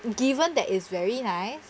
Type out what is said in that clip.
given that is very nice